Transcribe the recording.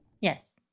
yes